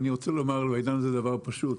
אני רוצה לומר בעניין הזה דבר פשוט.